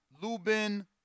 Lubin